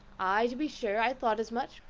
ay, to be sure, i thought as much.